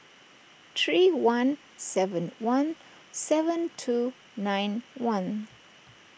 three one seven one seven two nine one